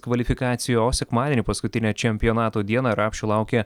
kvalifikacijo o sekmadienį paskutinę čempionato dieną rapšio laukė